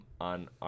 on